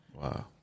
Wow